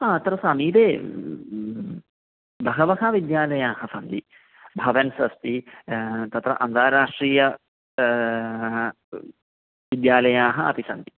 हा अत्र समीपे बहवः विद्यालयाः सन्ति भवान् अस्ति तत्र अन्ताराष्ट्रियाः विद्यालयाः अपि सन्ति